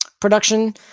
production